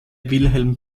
wilhelm